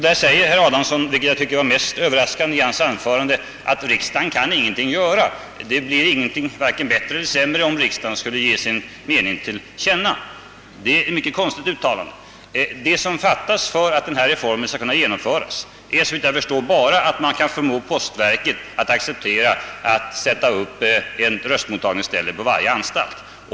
Då säger herr Adamsson — vilket jag tycker var det mest överraskande i hela hans anförande — att riksdagen ingenting kan göra och att det inte skulle bli vare sig bättre eller sämre om riksdagen skulle ge sin mening till känna. Det är ett mycket konstigt uttalande. Det som fattas för att denna reform skall kunna genomföras är väl att förmå postverket att acceptera förslaget att sätta upp ett röstmottagningsställe på varje anstalt.